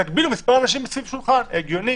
תגבילו במספר האנשים סביב שולחן - הגיוני.